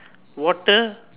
water